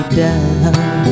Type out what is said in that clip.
down